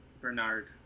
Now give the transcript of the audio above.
bernard